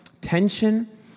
tension